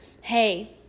hey